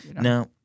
Now